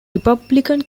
republican